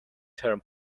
term